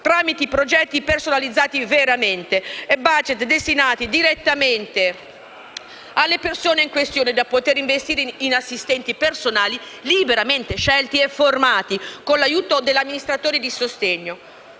tramite progetti veramente personalizzati e *budget* destinati direttamente alle persone in questione da poter investire in assistenti personali liberamente scelti e formati con l'aiuto degli amministratori di sostegno.